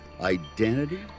identity